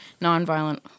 nonviolent